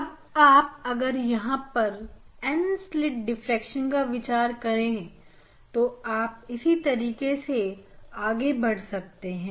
अब आप अगर यहां पर N स्लित डिफ्रेक्शन का विचार करे तो आप इसी तरीके से आगे बढ़ सकते हैं